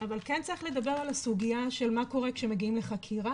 אבל כן צריך לדבר על הסוגיה של מה קורה כשמגיעים לחקירה,